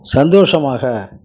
சந்தோஷமாக